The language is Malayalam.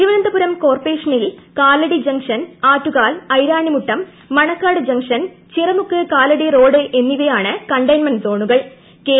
തിരുവനന്തപുരം കോർപ്പറേഷനിൽ Kalady junction Attukal Iranimuttam Manacaud junction Chittamukku Kalady road എന്നിവയാണ് കണ്ടയ്മെന്റ് സോണുക്ട്രിൽ